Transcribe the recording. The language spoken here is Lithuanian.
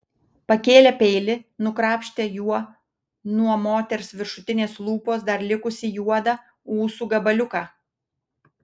pakėlė peilį nukrapštė juo nuo moters viršutinės lūpos dar likusį juodą ūsų gabaliuką